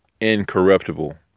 incorruptible